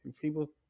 people